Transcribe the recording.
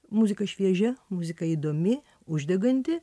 muzika šviežia muzika įdomi uždeganti